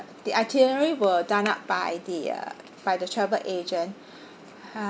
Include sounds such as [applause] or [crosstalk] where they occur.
the itinerary were done up by the by the travel agent [breath] uh